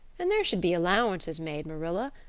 and there should be allowances made, marilla.